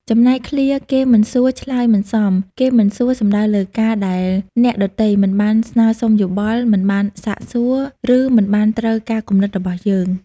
ចំណែកឃ្លា «គេមិនសួរ ឆ្លើយមិនសម» គេមិនសួរ សំដៅលើការដែលអ្នកដទៃមិនបានស្នើសុំយោបល់ មិនបានសាកសួរ ឬមិនបានត្រូវការគំនិតរបស់យើង។